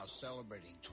celebrating